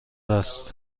است